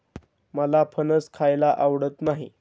मला फणस खायला आवडत नाही